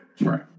Right